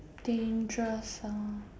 dangerous ah